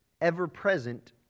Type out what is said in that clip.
ever-present